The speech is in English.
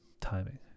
timing